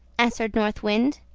answered north wind.